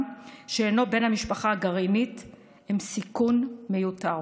שאינו בן המשפחה הגרעינית הם סיכון מיותר.